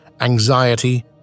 anxiety